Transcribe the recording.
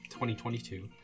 2022